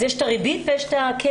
אז יש את הריבית ויש את הקרן.